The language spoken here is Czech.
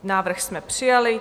Návrh jsme přijali.